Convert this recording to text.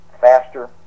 faster